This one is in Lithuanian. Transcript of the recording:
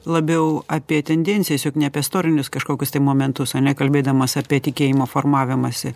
labiau apie tendencijas juk ne apie istorinius kažkokius tai momentus o ne kalbėdamas apie tikėjimo formavimąsi